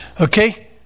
Okay